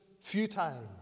futile